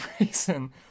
reason